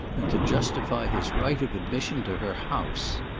and to justify his right of admission to her house.